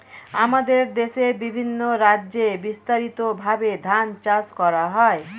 আমাদের দেশে বিভিন্ন রাজ্যে বিস্তারিতভাবে ধান চাষ করা হয়